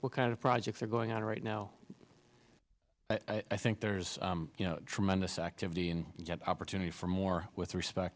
what kind of projects are going on right now i think there's you know tremendous activity and yet opportunity for more with respect